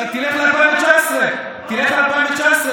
אתה תלך ל-2019, תלך ל-2019.